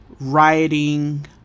rioting